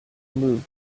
moved